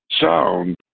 sound